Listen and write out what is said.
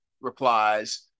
replies